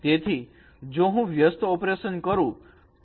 તેથી જો હું વ્યસ્ત ઓપરેશન કરું તો